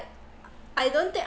I don't think